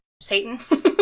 Satan